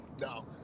No